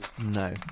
No